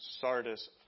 Sardis